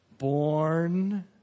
born